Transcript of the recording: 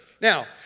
Now